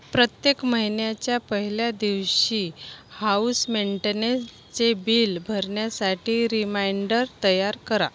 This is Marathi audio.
प्रत्येक महिन्याच्या पहिल्या दिवशी हाउस मेंटेनेसचे बिल भरण्यासाठी रिमायंडर तयार करा